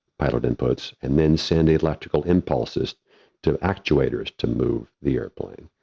pilot inputs, and then send electrical impulses to actuators to move the airplane.